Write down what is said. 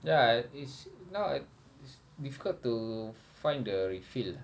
ya is now is difficult to find the refill